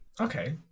Okay